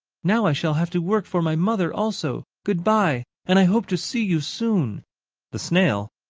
now i shall have to work for my mother also. good-by, and i hope to see you soon the snail,